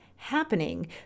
happening